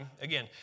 Again